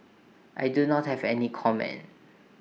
I do not have any comment